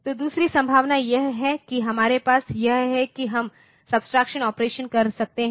तो दूसरी संभावना यह है कि हमारे पास यह है कि हम सब्ट्रैक्शन ऑपरेशन कर सकते हैं